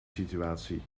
situatie